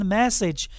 message